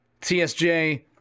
TSJ